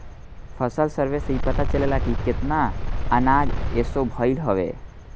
फसल सर्वे से इ पता चलेला की केतना अनाज असो भईल हवे